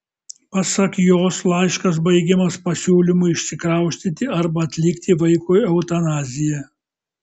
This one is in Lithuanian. pasak jos laiškas baigiamas pasiūlymu išsikraustyti arba atlikti vaikui eutanaziją